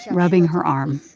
rubbing her arm,